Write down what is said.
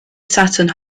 saturn